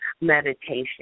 meditation